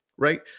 Right